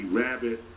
rabbit